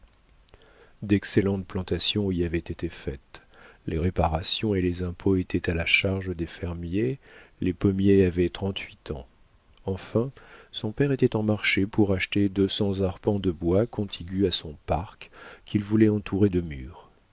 d'excellentes plantations y avaient été faites les réparations et les impôts étaient à la charge des fermiers les pommiers avaient trente-huit ans enfin son père était en marché pour acheter deux cents arpents de bois contigus à son parc qu'il voulait entourer de murs